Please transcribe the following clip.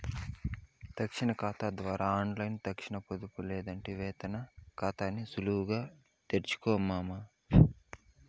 తక్షణ కాతా ద్వారా ఆన్లైన్లో తక్షణ పొదుపు లేదంటే వేతన కాతాని సులువుగా తెరవొచ్చు మామా